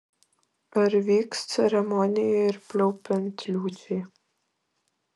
ar vyks ceremonija ir pliaupiant liūčiai